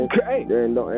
Okay